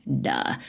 Duh